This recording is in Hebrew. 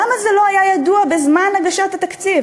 למה זה לא היה ידוע בזמן הגשת התקציב?